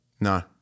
No